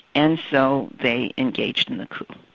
and so they engaged in a coup.